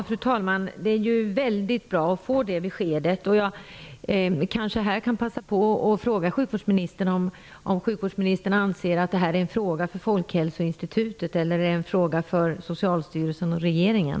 Fru talman! Det är mycket bra att få det beskedet. Jag kan kanske passa på att fråga om sjukvårdsministern anser att detta är en fråga för Folkhälsoinstitutet eller en fråga för Socialstyrelsen och regeringen.